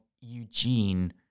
Eugene